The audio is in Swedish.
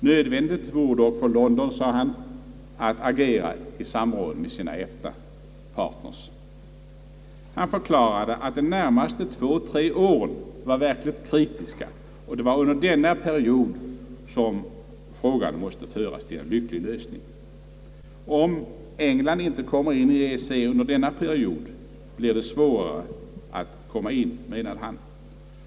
Nödvändigt vore dock för London, sade han, att agera i samråd med sina EFTA-partners. Han förklarade att de närmaste två—tre åren var verkligt kritiska och att det var under denna period som frågan måste föras till en lycklig lösning. Om England inte kommer in i EEC under denna period blir det svårare att komma in, menade han.